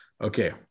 Okay